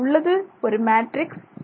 இதில் உள்ளது ஒரு மேட்ரிக்ஸ்